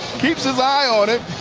keeps his eye on it.